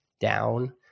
down